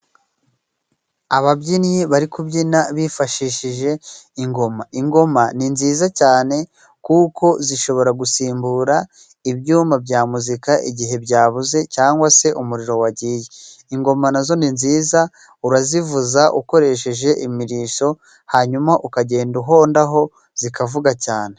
Ababyinnyi bari kubyina bifashishije ingoma. Ingoma ni nziza cyane kuko zishobora gusimbura ibyuma bya muzika igihe byabuze cyangwa se umuriro wagiye, ingoma nazo ni nziza, urazivuza ukoresheje imirishyo hanyuma ukagenda uhondaho zikavuga cyane.